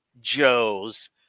Joes